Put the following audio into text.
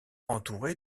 entourée